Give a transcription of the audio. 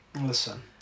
Listen